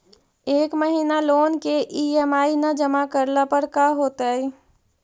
एक महिना लोन के ई.एम.आई न जमा करला पर का होतइ?